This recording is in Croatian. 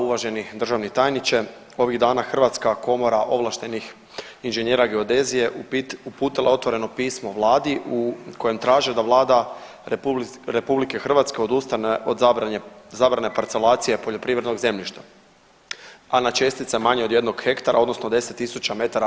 Uvaženi državni tajniče ovih dana Hrvatska komora ovlaštenih inženjera geodezije uputila je otvoreno pismo vladi u kojem traže da Vlada RH odustane od zabrane parcelacije poljoprivrednog zemljišta, a na čestice manje od 1 hektara odnosno 10.000 m2.